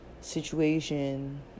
situation